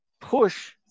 push